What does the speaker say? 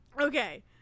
Okay